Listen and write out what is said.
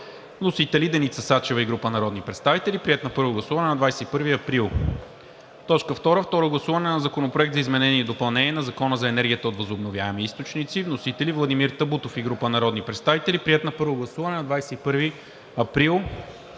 Вносители са Деница Сачева и група народни представители. Приет на първо гласуване на 21 април 2022 г. 2. Второ гласуване на Законопроекта за изменение и допълнение на Закона за енергията от възобновяеми източници. Вносители са Владимир Табутов и група народни представители. Приет на първо гласуване на 21 април